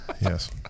Yes